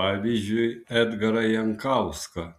pavyzdžiui edgarą jankauską